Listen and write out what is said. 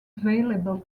available